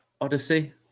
Odyssey